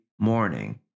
morning